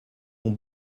ont